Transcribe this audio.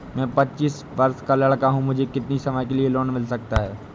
मैं पच्चीस वर्ष का लड़का हूँ मुझे कितनी समय के लिए लोन मिल सकता है?